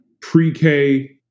pre-K